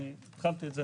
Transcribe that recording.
אני התחלתי את זה,